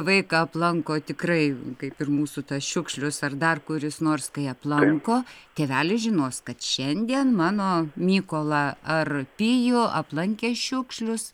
vaiką aplanko tikrai kaip ir mūsų tas šiukšlius ar dar kuris nors kai aplanko tėveliai žinos kad šiandien mano mykolą ar pijų aplankė šiukšlius